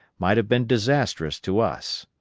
might have been disastrous to us.